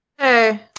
Hey